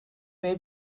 may